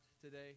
today